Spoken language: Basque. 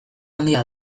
handia